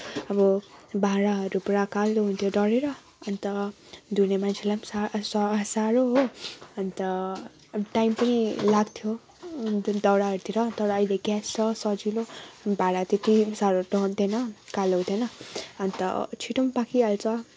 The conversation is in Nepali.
अब भाँडाहरू पुरा कालो हुन्थ्यो डढेर अन्त धुने मान्छेलाई पनि स सा साह्रो हो अन्त टाइम पनि लाग्थ्यो दाउराहरूतिर तर अहिले ग्यास छ सजिलो भाँडा त्यति साह्रो डढ्दैन कालो हुँदैन अन्त छिटो पनि पाकिहाल्छ